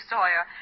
Sawyer